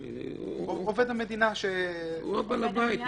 הוא בעל הבית,